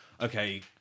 okay